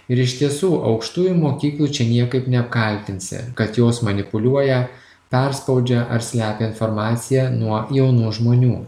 ir iš tiesų aukštųjų mokyklų čia niekaip neapkaltinsi kad jos manipuliuoja perspaudžia ar slepia informaciją nuo jaunų žmonių